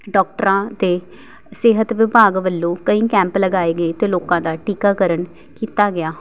ਡਾਕਟਰਾਂ ਅਤੇ ਸਿਹਤ ਵਿਭਾਗ ਵੱਲੋਂ ਕਈ ਕੈਂਪ ਲਗਾਏ ਗਏ ਅਤੇ ਲੋਕਾਂ ਦਾ ਟੀਕਾਕਰਨ ਕੀਤਾ ਗਿਆ